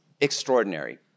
extraordinary